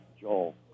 Joel